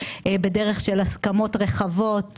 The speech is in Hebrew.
בדרך של הסכמות רחבות,